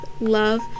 love